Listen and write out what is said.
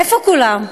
איפה כולם?